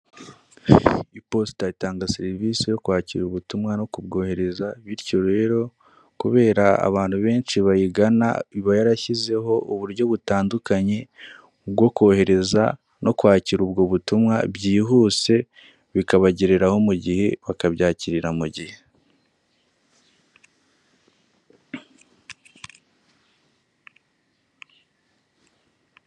IPOSITA ritanga serivise yo kwakira ubutumwa no kubwohereza bityo rero kubera abantu benshi bayigana iba yarashyizeho uburyo butandukanye bwo kohereza no kwakira ubwo butumwa byihuse bikabagereraho mu gihe bakabyakira mu gihe.